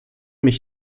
mich